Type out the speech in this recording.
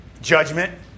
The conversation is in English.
Judgment